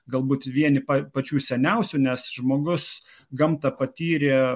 galbūt vieni pačių seniausių nes žmogus gamtą patyrė